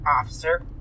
Officer